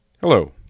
Hello